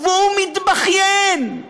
והוא מתבכיין,